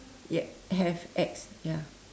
ya have X ya